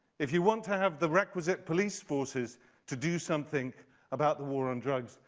if you want to have the requisite police forces to do something about the war on drugs,